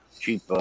cheap